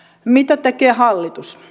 mitä tekee hallitus